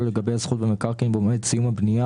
לגבי הזכות במקרקעין במועד סיום הבנייה,